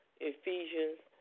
Ephesians